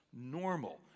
normal